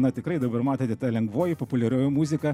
na tikrai dabar matote ta lengvoji populiarioji muzika